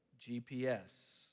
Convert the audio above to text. GPS